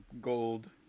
gold